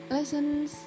Lessons